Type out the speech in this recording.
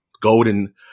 Golden